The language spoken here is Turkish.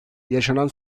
yaşanan